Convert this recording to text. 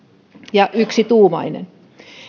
ja yksituumainen